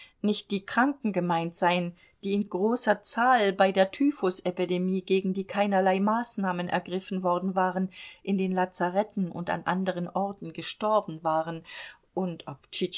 nicht die kranken gemeint seien die in großer zahl bei der typhusepidemie gegen die keinerlei maßnahmen ergriffen worden waren in den lazaretten und an anderen orten gestorben waren und ob